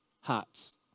hearts